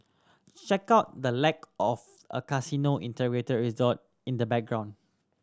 check out the lack of a casino integrated resort in the background